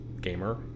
gamer